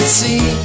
see